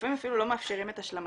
לפעמים אפילו הם לא מאפשרים את השלמתם,